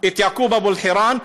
את יעקוב מוסא אבו אלקיעאן,